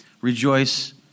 Rejoice